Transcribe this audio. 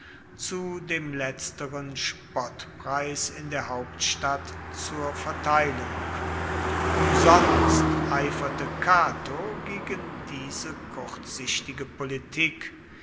zu dem letzteren spottpreis in der hauptstadt zur verteilung umsonst eiferte cato gegen diese kurzsichtige politik